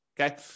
okay